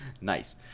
Nice